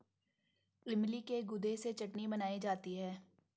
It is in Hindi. इमली के गुदे से चटनी बनाई जाती है